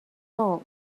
old